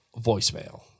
voicemail